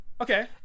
Okay